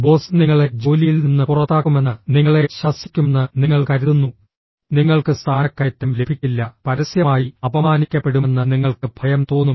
boss നിങ്ങളെ ജോലിയിൽ നിന്ന് പുറത്താക്കുമെന്ന് നിങ്ങളെ ശാസിക്കുമെന്ന് നിങ്ങൾ കരുതുന്നു നിങ്ങൾക്ക് സ്ഥാനക്കയറ്റം ലഭിക്കില്ല പരസ്യമായി അപമാനിക്കപ്പെടുമെന്ന് നിങ്ങൾക്ക് ഭയം തോന്നും